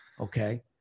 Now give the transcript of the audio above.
Okay